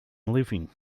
living